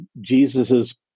Jesus's